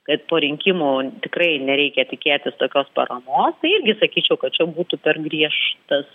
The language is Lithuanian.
kad po rinkimų tikrai nereikia tikėtis tokios paramos tai irgi sakyčiau kad čia būtų per griežtas